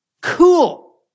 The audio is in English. Cool